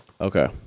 Okay